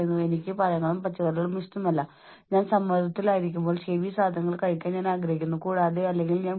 നിങ്ങളുടെ ജോലിക്ക് നിങ്ങളുടെ ഹൃദയം ആത്മാവ് രക്തം വിയർപ്പ് എന്നിവ നൽകിയില്ലെങ്കിൽ നിങ്ങൾ ആഗ്രഹിക്കുന്നതുപോലെ നിങ്ങൾക്ക് അത് ചെയ്യാൻ കഴിഞ്ഞേക്കില്ല